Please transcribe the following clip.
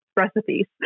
recipes